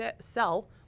sell